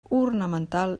ornamental